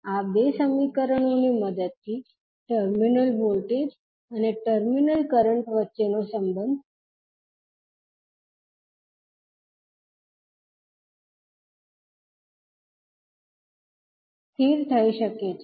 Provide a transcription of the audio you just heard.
આ બે સમીકરણો ની મદદથી ટર્મિનલ વોલ્ટેજ અને ટર્મિનલ કરંટ વચ્ચેનો સંબંધ સ્થિર થઈ શકે છે